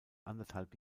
anderthalb